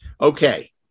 Okay